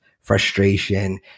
frustration